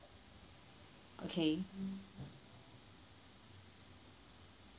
okay